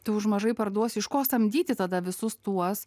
tai už mažai parduosi iš ko samdyti tada visus tuos